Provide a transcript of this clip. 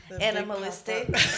animalistic